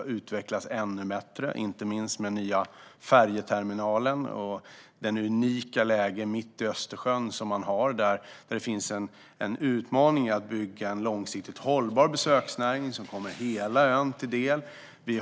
och utvecklas ännu bättre, inte minst med den nya färjeterminalen och det unika läget mitt i Östersjön. Det finns en utmaning i att bygga en långsiktigt hållbar besöksnäring som kommer hela ön till del.